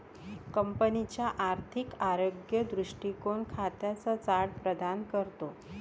कंपनीचा आर्थिक आरोग्य दृष्टीकोन खात्यांचा चार्ट प्रदान करतो